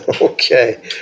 okay